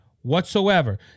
whatsoever